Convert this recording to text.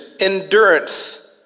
endurance